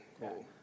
cool